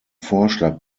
vorschlag